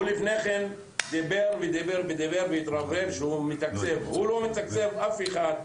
הוא לפני כן דיבר והתרברב שהוא מתקצב אבל הוא לא מתקצב אף אחד.